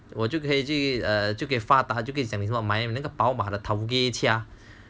我就可以去哦就给发达就可以买那个宝马的 towkay kia